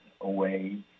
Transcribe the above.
away